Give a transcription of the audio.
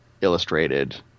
illustrated